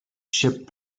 ship